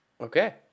Okay